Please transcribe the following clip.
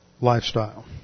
lifestyle